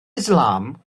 islam